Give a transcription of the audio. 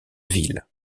ville